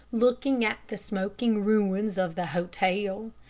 looking at the smoking ruins of the hotel.